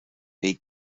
they